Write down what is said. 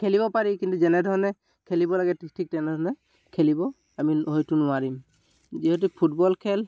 খেলিব পাৰি কিন্তু যেনেধৰণে খেলিব লাগে ঠিক তেনেধৰণে খেলিব আমি হয়তো নোৱাৰিম যিহেতু ফুটবল খেল